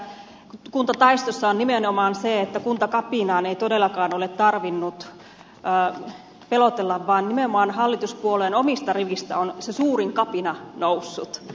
mielenkiintoistahan tässä kuntataistossa on nimenomaan se että kuntakapinaan ei todellakaan ole tarvinnut pelotella vaan nimenomaan hallituspuolueen omista riveistä on se suurin kapina noussut